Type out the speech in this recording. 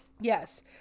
Yes